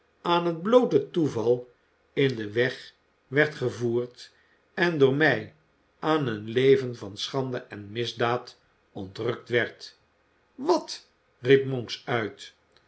dan het bloote toeval in den weg werd gevoerd en door mij aan een leven van schande en misdaad ontrukt werd wat riep monks uit